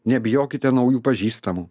nebijokite naujų pažįstamų